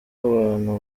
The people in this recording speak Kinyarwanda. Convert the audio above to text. abantu